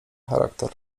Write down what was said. charakter